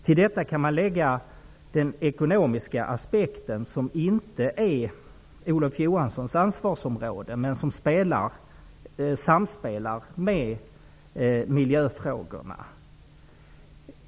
Till detta kan läggas den ekonomiska aspekten som visserligen inte ligger inom Olof Johanssons ansvarsområde, men som samspelar med miljöfrågorna.